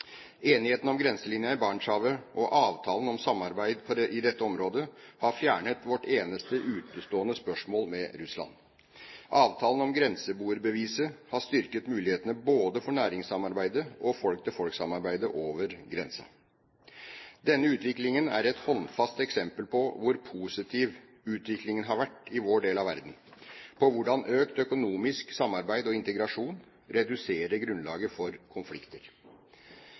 Enigheten om grenselinjen i Barentshavet og avtalen om samarbeid i dette området, har fjernet vårt eneste utestående spørsmål med Russland. Avtalen om grenseboerbeviset har styrket mulighetene både for næringssamarbeidet og folk-til-folk-samarbeidet over grensen. Denne utviklingen er et håndfast eksempel på hvor positiv utviklingen har vært i vår del av verden, på hvordan økt økonomisk samarbeid og integrasjon reduserer grunnlaget for konflikter.